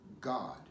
God